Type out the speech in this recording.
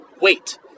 wait